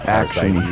action